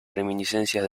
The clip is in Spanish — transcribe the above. reminiscencias